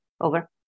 over